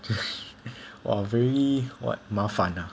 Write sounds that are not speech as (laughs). (laughs) !wow! very what 麻烦 ah